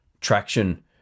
traction